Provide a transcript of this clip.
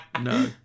No